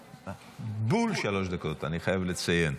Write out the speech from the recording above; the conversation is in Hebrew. בול שלוש דקות, אני חייב לציין,